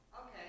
okay